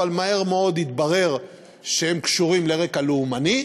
אבל מהר מאוד התברר שהם קשורים לרקע לאומני,